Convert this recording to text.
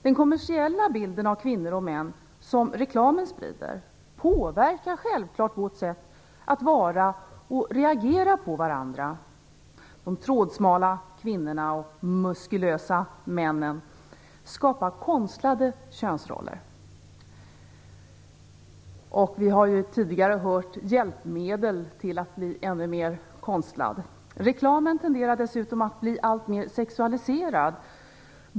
Den kommersiella bilden av kvinnor och män som reklamen sprider påverkar självfallet vårt sätt att vara och reagera på varandra. De trådsmala kvinnorna och de muskulösa männen skapar konstlade könsroller. Vi har ju tidigare hört talas om hjälpmedel för att bli ännu mer konstlad. Reklamen tenderar dessutom att bli alltmer sexualiserad.